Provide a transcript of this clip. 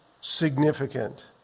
significant